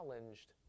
challenged